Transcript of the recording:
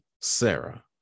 Sarah